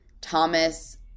Thomas